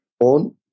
own